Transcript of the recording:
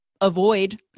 avoid